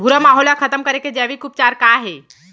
भूरा माहो ला खतम करे के जैविक उपचार का हे?